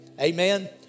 Amen